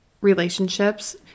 relationships